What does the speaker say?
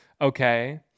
Okay